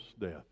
death